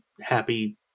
happy